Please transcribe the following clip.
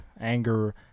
Anger